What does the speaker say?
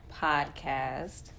Podcast